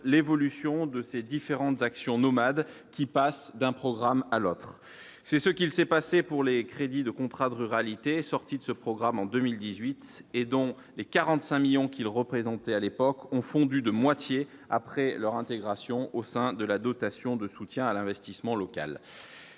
l'évolution de ces différentes actions nomades qui passe d'un programme à l'autre, c'est ce qu'il s'est passé pour les crédits de contrats de ruralité sorti de ce programme en 2018 et dont les 45 millions qu'il représentait à l'époque ont fondu de moitié après leur intégration au sein de la dotation de soutien à l'investissement local